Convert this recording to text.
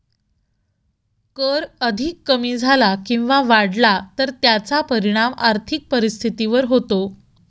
कर अधिक कमी झाला किंवा वाढला तर त्याचा परिणाम आर्थिक परिस्थितीवर होतो